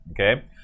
okay